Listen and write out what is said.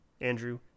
Andrew